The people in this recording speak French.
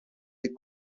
des